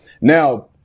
Now